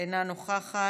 אינה נוכחת,